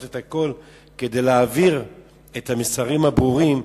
את הכול כדי להעביר את המסרים הברורים,